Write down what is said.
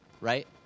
right